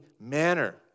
manner